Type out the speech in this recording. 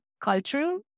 cultural